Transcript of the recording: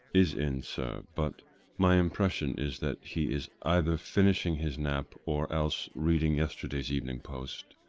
is in, sir but my impression is that he is either finishing his nap or else reading yesterday's evening post.